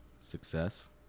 success